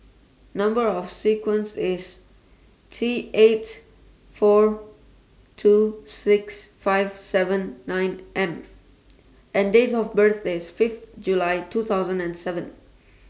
Number of sequence IS T eight four two six five seven nine M and Date of birth IS Fifth July two thousand and seven